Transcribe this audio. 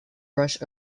brush